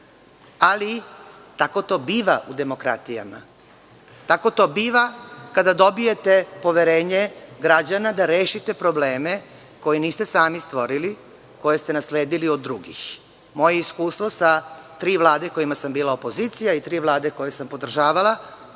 ali tako to biva u demokratijama. Tako to biva kada dobijete poverenje građana da rešite probleme koje niste sami stvorili, koje ste nasledili od drugih. Moje iskustvo sa tri vlade kojima sam bila opozicija i tri vlade koje sam podržavala